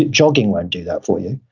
jogging won't do that for you.